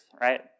right